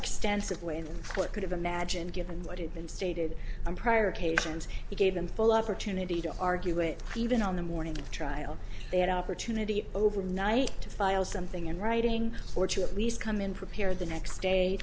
extensive way than what could have imagined given what had been stated on prior occasions he gave them full opportunity to argue it even on the morning of trial they had an opportunity overnight to file something in writing or to at least come in prepared the next day